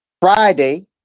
Friday